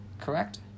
correct